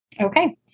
Okay